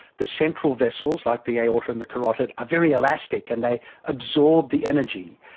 the central vessels like the aorta and the carotid are very elastic and they absorb the energy.